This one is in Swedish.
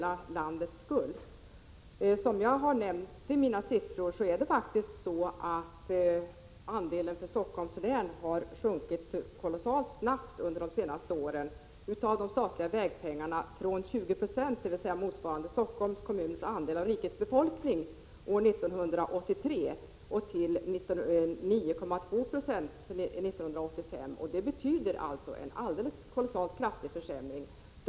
Av de siffror som jag tidigare nämnde framgår att Stockholms läns andel av pengarna för det statliga vägnätet faktiskt sjunkit kolossalt snabbt under de senaste åren — från 20 90, dvs. motsvarande Stockholms kommuns andel av rikets befolkning, år 1983 till 9,2 2 under 1985. Det betyder alltså att en alldeles kolossalt kraftig försämring har skett.